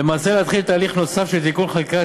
ולמעשה להתחיל תהליך נוסף של תיקון חקיקה